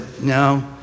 no